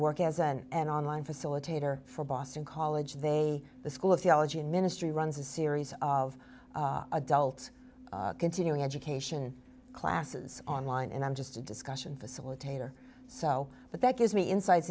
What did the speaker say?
work as and online facilitator for boston college they the school of theology and ministry runs a series of adult continuing education classes online and i'm just a discussion facilitator so but that gives me insights